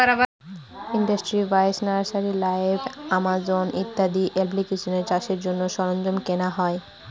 industry বাইশ, nursery live, Amazon ইত্যাদি এপ্লিকেশানে চাষের জন্য সরঞ্জাম কেনা হয়